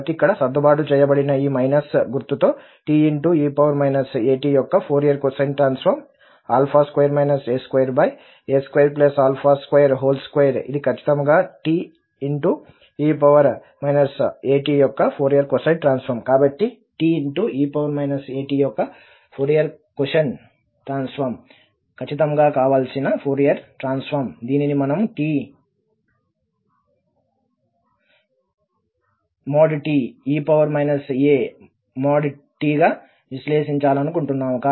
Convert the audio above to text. కాబట్టి ఇక్కడ సర్దుబాటు చేయబడిన ఈ మైనస్ గుర్తుతో te at యొక్క ఫోరియర్ కొసైన్ ట్రాన్సఫార్మ్ 2 a2a222 ఇది ఖచ్చితంగా te at యొక్క ఫోరియర్ కొసైన్ ట్రాన్సఫార్మ్ కాబట్టి ఈ te at యొక్క ఫోరియర్ కొసైన్ ట్రాన్సఫార్మ్ ఖచ్చితంగా కావలసిన ఫోరియర్ ట్రాన్స్ఫార్మ్ దీనిని మనము t|e a|t|గా విశ్లేషించాలనుకుంటున్నాము